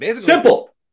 Simple